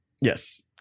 yes